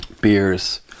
beers